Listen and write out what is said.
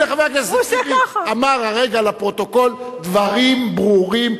הנה חבר הכנסת טיבי אמר הרגע לפרוטוקול דברים ברורים,